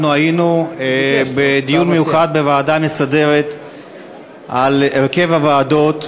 אנחנו היינו בדיון מיוחד בוועדה המסדרת על הרכב הוועדות,